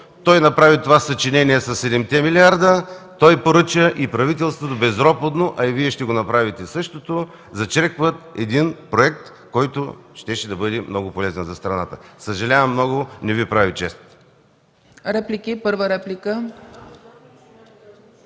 Той направи това съчинение със седемте милиарда, той поръча и правителството безропотно, Вие същото ще го направите – зачерквате един проект, който щеше да бъде много полезен за страната. Съжалявам много, не Ви прави чест.